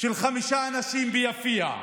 של חמישה אנשים ביפיע.